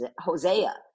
Hosea